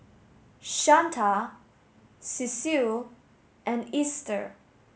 Shanta Cecil and Easter